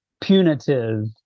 punitive